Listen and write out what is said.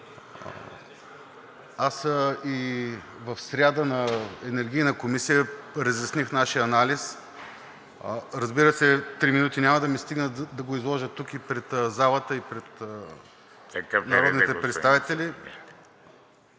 Аз и в сряда на Енергийна комисия разясних нашия анализ. Разбира се, три минути няма да ми стигнат, за да го изложа тук – и пред залата, и пред народните представители.